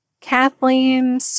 Kathleen